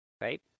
Right